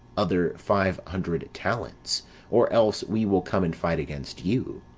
other five hundred talents or else we will come and fight against you.